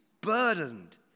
burdened